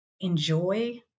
enjoy